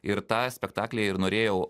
ir tą spektaklį ir norėjau